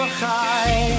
high